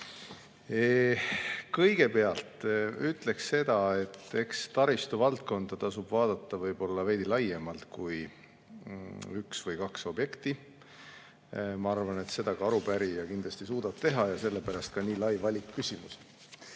Kõigepealt ütlen seda, et eks taristuvaldkonda tasub vaadata võib-olla veidi laiemalt kui üks või kaks objekti. Ma arvan, et seda arupärija kindlasti suudab teha ja sellepärast ka nii lai valik küsimusi.